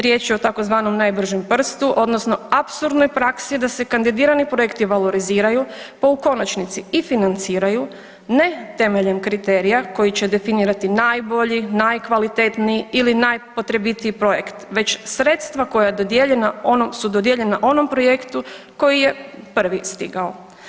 Riječ je o tzv. najbržem prstu odnosno apsurdnoj praksi da se kandidirani projekti valoriziraju pa u konačnici i financiraju ne temeljem kriterije koji će definirati najbolji, najkvalitetniji ili najpotrebitiji projekt već sredstva koja su dodijeljena onom projektu koji je prvi stigao.